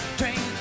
train